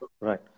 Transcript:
Right